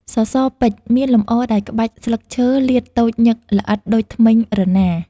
សសរពេជ្រ មានលម្អដោយក្បាច់ស្លឹកឈើលាតតូចញឹកល្អិតដូចធ្មេញរណារ។